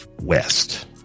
West